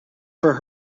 for